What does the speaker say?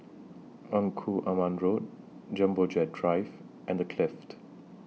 Engku Aman Road Jumbo Jet Drive and The Clift